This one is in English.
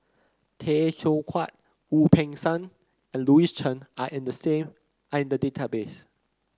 Tay Teow Kiat Wu Peng Seng and Louis Chen are in the same are in the database